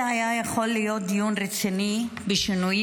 זה היה יכול להיות דיון רציני בשינויים